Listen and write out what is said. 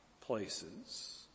places